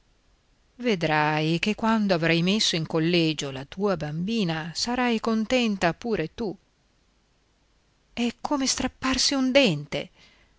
vedrai che quando avrai messo in collegio la tua bambina sarai contenta tu pure è come strapparsi un dente